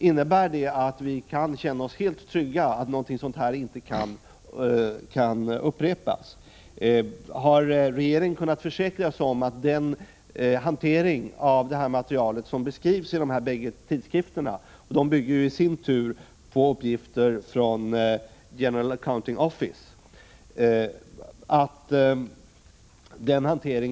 Innebär det att vi kan känna oss helt trygga, att sådant här inte kan upprepas? Har regeringen kunnat försäkra sig om att den hantering av det aktuella materialet som beskrivs i de bägge tidskrifterna, vilka i sin tur bygger på uppgifter från General Accounting Office, nu har upphört?